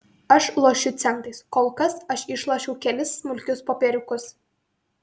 aš lošiu centais kol kas aš išlošiau kelis smulkius popieriukus